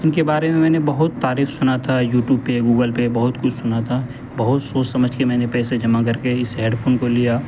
ان کے بارے میں نے بہت تعریف سنا تھا یوٹیوپ پہ گوگل پہ بہت کچھ سنا تھا بہت سوچ سمجھ کے میں نے پیسے جمع کر کے اسے ہیڈفون کو لیا